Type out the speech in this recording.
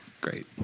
great